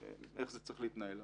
איך זה צריך להתנהל.